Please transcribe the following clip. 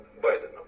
Biden